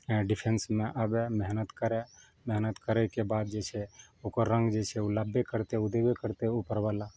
इहए डिफेन्समे आबए मेहनत करए मेहनत करैके बाद जे छै ओकर रङ्ग जे छै ओ लाबबे करतै ओ देबे करतै उपरबाला